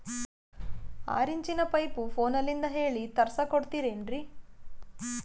ಆರಿಂಚಿನ ಪೈಪು ಫೋನಲಿಂದ ಹೇಳಿ ತರ್ಸ ಕೊಡ್ತಿರೇನ್ರಿ?